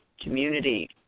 community